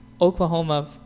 Oklahoma